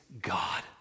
god